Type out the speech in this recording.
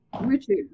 Richard